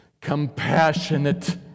compassionate